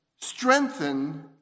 strengthen